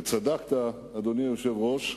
צדקת, אדוני היושב-ראש,